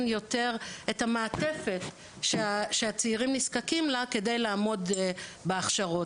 יותר את המעטפת שהצעירים נזקקים לה כדי לעמוד בהכשרות,